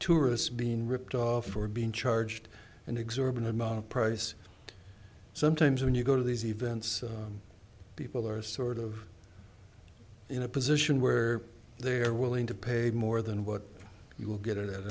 tourists being ripped off or being charged an exorbitant amount of price sometimes when you go to these events people are sort of in a position where they're willing to pay more than what you will get at